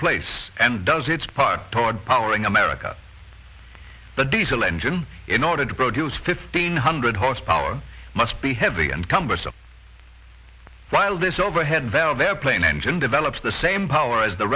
place and does its part toward powering america the diesel engine in order to produce fifteen hundred horsepower must be heavy and cumbersome while this overhead valve airplane engine develops the same power as the